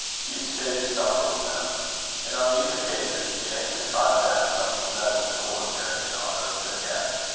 hugh stayed to supper with them and on these occasions, janet contrived to have something better than ordinary in honour of their guest.